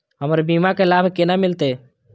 हमर बीमा के लाभ केना मिलते?